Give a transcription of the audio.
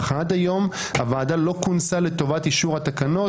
אך עד היום הוועדה לא כונסה לטובת אישור התקנות,